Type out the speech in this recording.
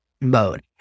mode